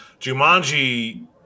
Jumanji